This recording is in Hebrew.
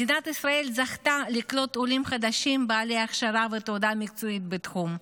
מדינת ישראל זכתה לקלוט עולים חדשים בעלי הכשרה ותעודה מקצועית בתחום,